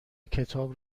کتاب